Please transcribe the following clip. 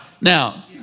now